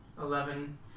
eleven